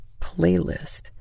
playlist